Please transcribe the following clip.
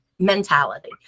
mentality